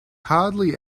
hardly